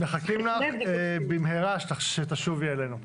מחכים לך במהרה שתשובי אלינו.